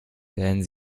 werden